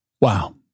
Wow